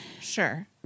Sure